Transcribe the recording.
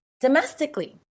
domestically